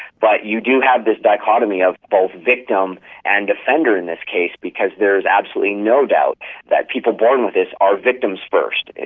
but you do have this dichotomy of both victim and offender in this case because there is absolutely no doubt that people born with this are victims first.